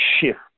shift